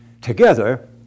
Together